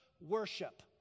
worship